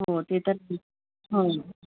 हो ते तर हो हो